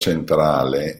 centrale